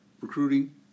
Recruiting